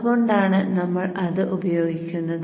അതുകൊണ്ടാണ് നമ്മൾ അത് ഉപയോഗിക്കുന്നത്